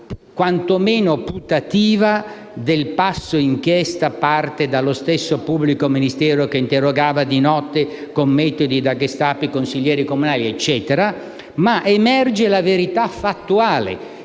quantomeno "putativa", del passo: «l'inchiesta parte dallo stesso pubblico ministero che interrogava di notte con metodi da Gestapo i consiglieri comunali (…)». Emerge, inoltre, anche la verità fattuale.